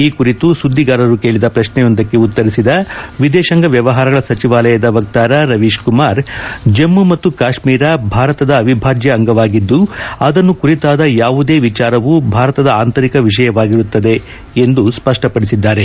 ಈ ಕುರಿತು ಸುದ್ದಿಗಾರರು ಕೇಳಿದ ಪ್ರಶ್ನೆಯೊಂದಕ್ಕೆ ಉತ್ತರಿಸಿದ ವಿದೇಶಾಂಗ ವ್ಯವಹಾರಗಳ ಸಚಿವಾಲಯದ ವಕ್ತಾರ ರವೀಶ್ ಕುಮಾರ್ ಜಮ್ಮು ಮತ್ತು ಕಾಶ್ಮೀರ ಭಾರತದ ಅವಿಭಾಜ್ಯ ಅಂಗವಾಗಿದ್ದು ಅದನ್ನು ಕುರಿತಾದ ಯಾವುದೇ ವಿಚಾರವೂ ಭಾರತದ ಆಂತರಿಕ ವಿಷಯವಾಗಿರುತ್ತದೆ ಎಂದು ಸ್ಪಷ್ಟಪಡಿಸಿದ್ದಾರೆ